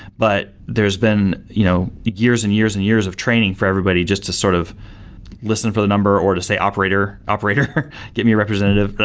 but there's been you know years and years and years of training for everybody just to sort of listen for the number, or to say operator, operator get me a representative,